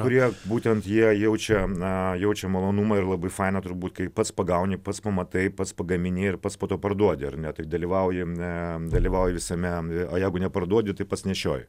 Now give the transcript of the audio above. kurie būtent jie jaučia na jaučia malonumą ir labai faina turbūt kai pats pagauni pats pamatai pats pagamini ir pats po to parduodi ar ne tai dalyvauji na dalyvauji visame o jeigu neparduodi tai pats nešioji